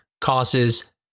causes